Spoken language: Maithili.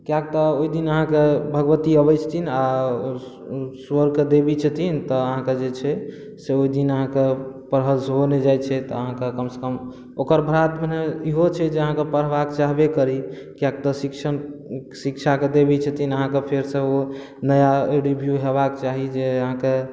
किएकि तऽ ओहि दिन अहाँके भगबती अबै छथिन आ स्वर कऽ देवी छथिन तऽ अहाँके जे छै से ओहि दिन अहाँके पढ़ल सेहो नहि जाइ छै तऽ अहाँके कमसँ कम ओकर प्रात भेने इहो छै जे अहाँके पढ़बाक चाहबे करि किएकि तऽ शिक्षण शिक्षा के देवी छथिन अहाँके फेरसँ ओ नया रिव्यू हेबाक चाही जे अहाँके